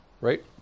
right